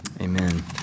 Amen